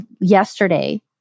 yesterday